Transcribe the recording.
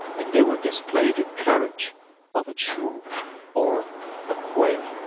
and they will display the courage of a chu or a kuei.